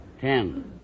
Ten